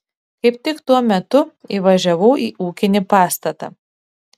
kaip tik tuo metu įvažiavau į ūkinį pastatą